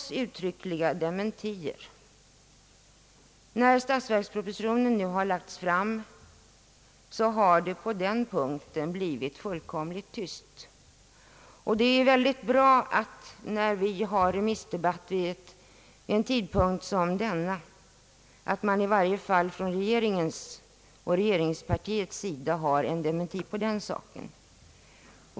Sedan statsverkspropositionen har lagts fram har det på den punkten blivit fullkomligt tyst. När vi har en remissdebatt vid denna tidpunkt är det bra att det från regeringens och regeringspartiets sida har lämnats en dementi på denna punkt.